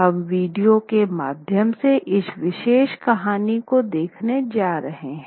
हम वीडियो के माध्यम से इस विशेष कहानी को देखने जा रहे है